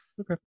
okay